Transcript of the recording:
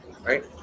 right